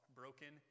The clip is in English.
broken